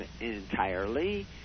entirely